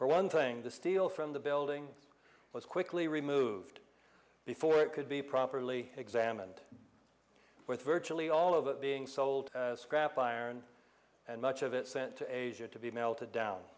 for one thing the steel from the building was quickly removed before it could be properly examined with virtually all of it being sold as scrap iron and much of it sent to asia to be melted down